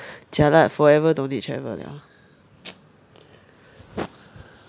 jialat forever don't need travel liao